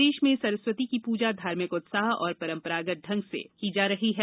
प्रदेश में सरस्वती की पूजा धार्मिक उत्साह और परम्परागत ढंग से की जा रही है